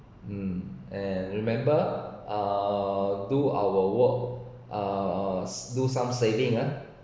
um and remember uh do our work uh do some saving ah